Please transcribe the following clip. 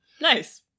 nice